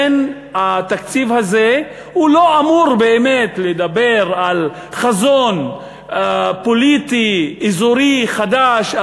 התקציב הזה לא אמור באמת לדבר על חזון פוליטי אזורי חדש,